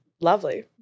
Lovely